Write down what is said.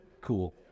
cool